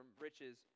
riches